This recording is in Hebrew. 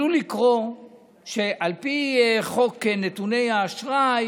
עלול לקרות שעל פי חוק נתוני האשראי